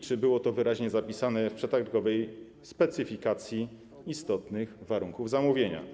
Czy było to wyraźnie zapisane w przetargowej specyfikacji istotnych warunków zamówienia?